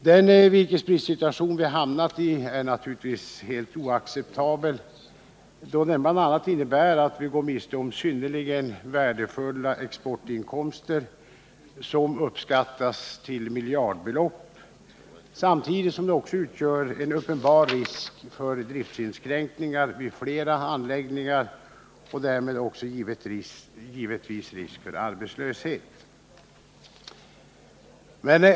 Den virkesbristsituation vi hamnat i är naturligtvis helt oacceptabel, eftersom den bl.a. innebär att vi går miste om synnerligen värdefulla exportinkomster — som uppskattas till miljardbelopp — samtidigt som den utgör en uppenbar risk för driftinskränkningar vid flera anläggningar och därmed också givetvis medför risk för arbetslöshet.